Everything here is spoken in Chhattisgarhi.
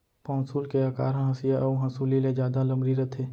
पौंसुल के अकार ह हँसिया अउ हँसुली ले जादा लमरी रथे